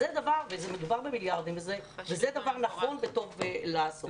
מדובר במיליארדי שקלים וזה דבר נכון וטוב לעשות.